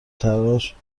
تلاش